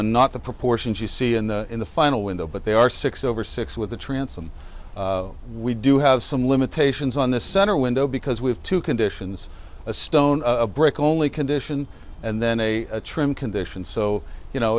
and not the proportions you see in the in the final window but they are six over six with the transom we do have some limitations on the center window because we have two conditions a stone brick only condition and then a trim condition so you know